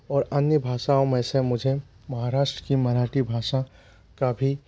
और अन्य भाषाओं में मुझे महाराष्ट्र की मराठी भाषा का भी